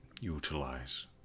utilize